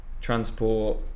transport